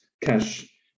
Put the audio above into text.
cash